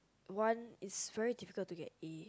one is stretch people to get A